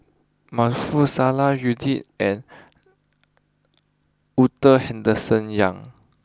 Maarof Salleh Yuni and Henderson young